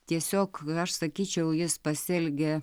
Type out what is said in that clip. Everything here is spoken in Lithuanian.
tiesiog aš sakyčiau jis pasielgia